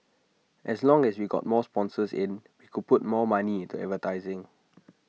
as long as we got more sponsors in we could put more money into advertising